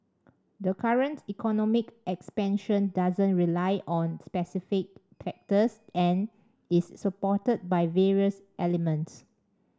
the current economic expansion doesn't rely on specific factors and is supported by various elements